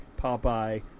Popeye